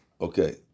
Okay